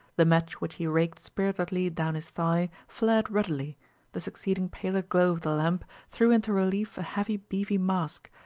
the match which he raked spiritedly down his thigh, flared ruddily the succeeding paler glow of the lamp threw into relief a heavy beefy mask,